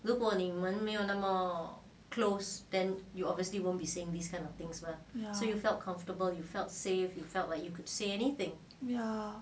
ya ya